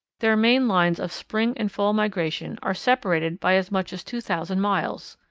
their main lines of spring and fall migration are separated by as much as two thousand miles.